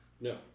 no